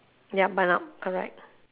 ya bun up correct